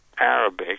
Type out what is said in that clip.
Arabic